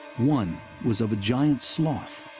one was of a giant sloth,